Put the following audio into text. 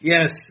Yes